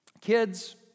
Kids